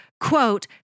Quote